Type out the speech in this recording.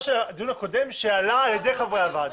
של הדיון הקודם שעלה על ידי חברי הוועדה,